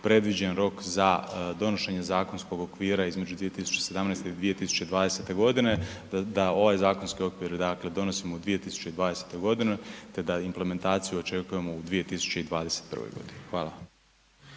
predviđen rok za donošenje zakonskog okvira između 2017.i između 2020.godine, da ovaj zakonski okvir donosimo u 2020.godini te da implementaciju očekujemo u 2021.godini. Hvala.